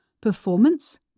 performance